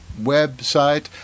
website